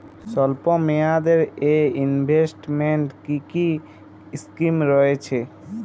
স্বল্পমেয়াদে এ ইনভেস্টমেন্ট কি কী স্কীম রয়েছে?